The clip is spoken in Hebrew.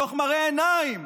מתוך מראה עיניים,